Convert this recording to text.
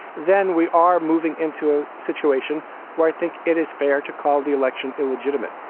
then we are moving into a situation where i think it is fair to call the election illegitimate.